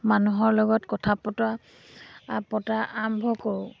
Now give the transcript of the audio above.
মানুহৰ লগত কথা বতৰা পতা আৰম্ভ কৰোঁ